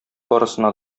барысына